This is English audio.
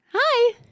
Hi